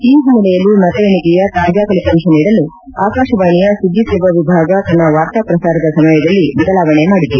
ಈ ಹಿನ್ನೆಲೆಯಲ್ಲಿ ಮತ ಎಣಿಕೆಯ ತಾಜಾ ಫಲಿತಾಂತ ನೀಡಲು ಆಕಾಶವಾಣಿಯ ಸುದ್ದಿ ಸೇವಾ ವಿಭಾಗ ತನ್ನ ವಾರ್ತಾ ಪ್ರಸಾರದ ಸಮಯದಲ್ಲಿ ಬದಲಾವಣೆ ಮಾಡಿದೆ